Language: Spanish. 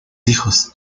hijos